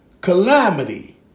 calamity